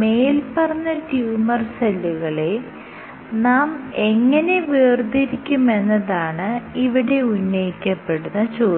മേല്പറഞ്ഞ ട്യൂമർ സെല്ലുകളെ നാം എങ്ങനെ വേർതിരിക്കുമെന്നതാണ് ഇവിടെ ഉന്നയിക്കപ്പെടുന്ന ചോദ്യം